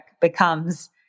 becomes